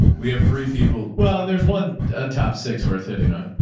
we have three people. well, and there's one top six where it's hitting on.